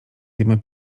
zjemy